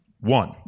One